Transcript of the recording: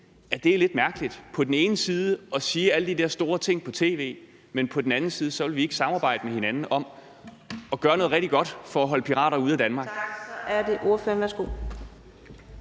at det er lidt mærkeligt? På den ene side siger man alle de der store ting på tv, men på den anden side vil vi ikke samarbejde med hinanden om at gøre noget rigtig godt for at holde pirater ude af Danmark.